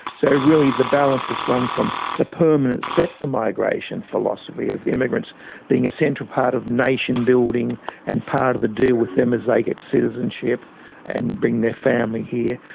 so really the balance has swung from the permanent settler migration philosophy of immigrants being a central part of nation building and part of the deal with them is they get citizenship and bring their family here,